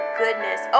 goodness